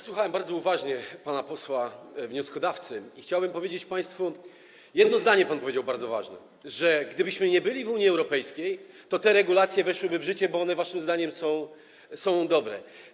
Słuchałem bardzo uważnie pana posła wnioskodawcy i chciałbym powiedzieć państwu, że pan powiedział jedno bardzo ważne zdanie - że gdybyśmy nie byli w Unii Europejskiej, to te regulacje weszłyby w życie, bo one waszym zdaniem są dobre.